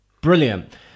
brilliant